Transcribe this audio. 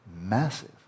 massive